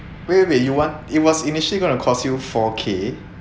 wait wait you want it was initially going to cost you four K